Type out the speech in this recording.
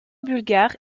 bulgare